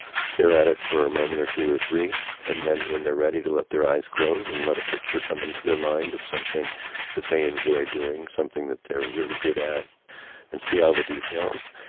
to stare at it for a moment two or three and then when they're ready to let their eyes close and let a picture come into their mind of something that they enjoy doing, something that they're really good at and see all the details.